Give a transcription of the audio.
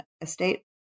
estate